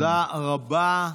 תודה רבה.